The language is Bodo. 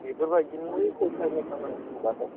बेफोरबायदिनो फिल्टारनि खामानि होनबाथाय